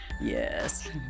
Yes